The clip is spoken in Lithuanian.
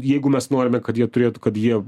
jeigu mes norime kad jie turėtų kad jie